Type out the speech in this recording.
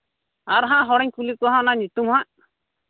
ᱟᱨ ᱦᱟᱸᱜ ᱦᱚᱲᱤᱧ ᱠᱩᱞᱤ ᱠᱚᱣᱟ ᱦᱟᱸᱜ ᱚᱱᱟ ᱧᱩᱛᱩᱢ ᱦᱟᱸᱜ